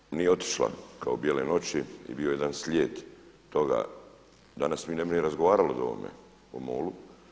Da INA nije otišla kao bijele noći i bio jedan slijed toga danas mi ne bi ni razgovarali o ovome, o MOL-u.